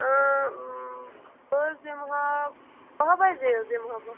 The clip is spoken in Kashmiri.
بہٕ حظ یِمہٕ ہاو بَجے حظ یِمہٕ ہا بہٕ